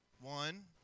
One